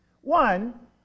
One